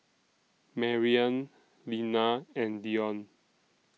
Mariann Linna and Dion